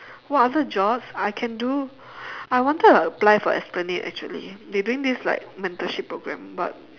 what other jobs I can do I wanted to apply for esplanade actually they doing this like mentorship program but